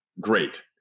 great